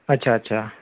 अच्छा अच्छा